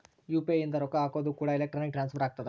UPI ಇಂದ ರೊಕ್ಕ ಹಕೋದು ಕೂಡ ಎಲೆಕ್ಟ್ರಾನಿಕ್ ಟ್ರಾನ್ಸ್ಫರ್ ಆಗ್ತದ